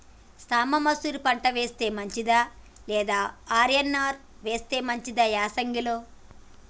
సాంబ మషూరి పంట వేస్తే మంచిదా లేదా ఆర్.ఎన్.ఆర్ వేస్తే మంచిదా యాసంగి లో?